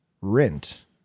rent